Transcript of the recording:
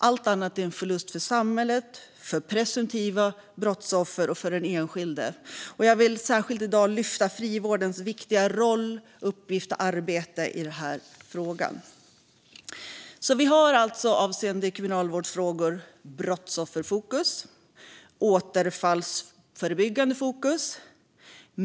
Allt annat är en förlust för samhället, för presumtiva brottsoffer och för den enskilde. Jag vill särskilt i dag lyfta fram frivårdens viktiga roll, uppgift och arbete i den här frågan. Vi har alltså avseende kriminalvårdsfrågor ett brottsofferfokus och ett återfallsförebyggande fokus.